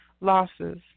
losses